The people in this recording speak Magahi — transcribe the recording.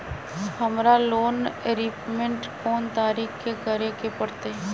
हमरा लोन रीपेमेंट कोन तारीख के करे के परतई?